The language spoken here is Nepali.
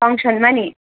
फङ्सनमा पनि